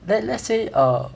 let's let's say err